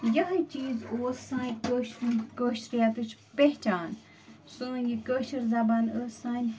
یِہوٚے چیٖز اوس سانہِ کٲشرِ کٲشرِیتٕچ پہچان سٲنۍ یہِ کٲشٕر زبان ٲس سانہِ